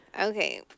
Okay